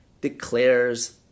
declares